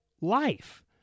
life